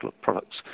products